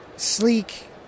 Sleek